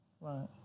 Right